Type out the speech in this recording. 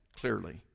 clearly